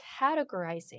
categorizing